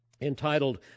entitled